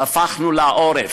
הפנינו לה עורף,